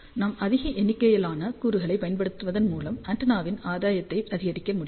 நாம் அதிக எண்ணிக்கையிலான கூறுகளைப் பயன்படுத்துவதன் மூலம் ஆண்டெனாவின் ஆதாயத்தை அதிகரிக்க முடியும்